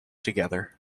together